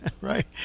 right